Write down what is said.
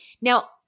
Now